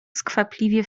skwapliwie